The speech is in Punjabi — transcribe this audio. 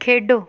ਖੇਡੋ